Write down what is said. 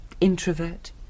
introvert